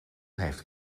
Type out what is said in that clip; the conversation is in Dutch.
heeft